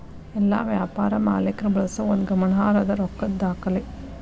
ಎಲ್ಲಾ ವ್ಯಾಪಾರ ಮಾಲೇಕ್ರ ಬಳಸೋ ಒಂದು ಗಮನಾರ್ಹದ್ದ ರೊಕ್ಕದ್ ದಾಖಲೆ